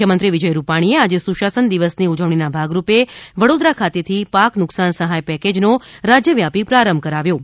મુખ્યમંત્રી વિજય રૂપાણીએ આજે સુશાસન દિવસની ઉજવણીના ભાગરૂપે વડોદરા ખાતેથી પાક નુકશાન સહાય પેકેજનો રાજયવ્યાપી પ્રારંભ કરાવ્યો હતો